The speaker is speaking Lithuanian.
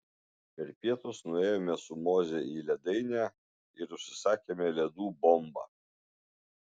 per pietus nuėjome su moze į ledainę ir užsisakėme ledų bombą